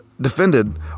defended